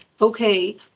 Okay